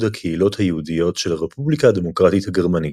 הקהילות היהודיות של הרפובליקה הדמוקרטית הגרמנית".